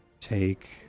take